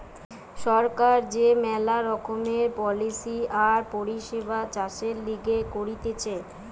সরকার যে মেলা রকমের পলিসি আর পরিষেবা চাষের লিগে করতিছে